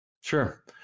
Sure